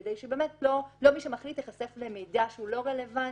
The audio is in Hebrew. כדי שמי שמחליט לא ייחשף למידע שלא רלוונטי.